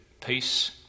peace